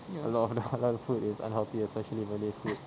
a lot of the halal food is unhealthy especially malay food